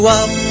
up